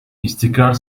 istikrar